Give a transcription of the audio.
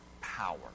power